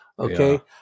Okay